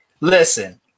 Listen